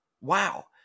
Wow